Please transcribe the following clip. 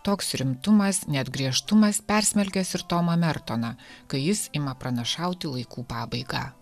toks rimtumas net griežtumas persmelkęs ir tomą mertoną kai jis ima pranašauti laikų pabaigą